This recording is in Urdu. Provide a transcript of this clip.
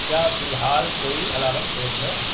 کیا فی الحال کوئی الارم سیٹ ہے